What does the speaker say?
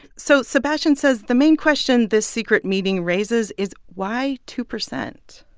so sebastian says the main question this secret meeting raises is, why two percent?